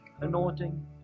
anointing